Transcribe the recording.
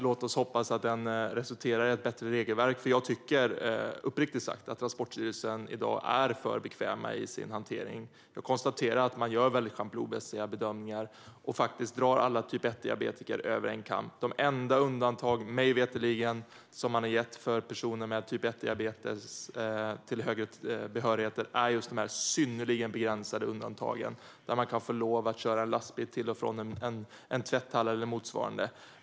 Låt oss hoppas att den resulterar i ett bättre regelverk, för jag tycker uppriktigt sagt att Transportstyrelsen är för bekväm i sin hantering. Jag konstaterar att man gör schablonmässiga bedömningar och drar alla typ 1diabetiker över en kam. De enda undantag man mig veterligen har gett för personer med typ 1-diabetes till högre behörigheter är just de synnerligen begränsade undantag där man kan få lov att köra en lastbil till och från en tvätthall eller motsvarande.